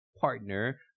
partner